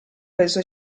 peso